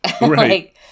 Right